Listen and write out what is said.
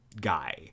guy